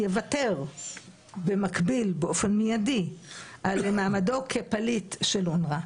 יוותר במקביל ובאופן מיידי על מעמדו כפליט של אונר"א.